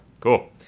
Cool